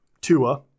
Tua